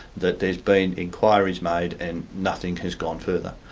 that there's been inquiries made and nothing has gone further.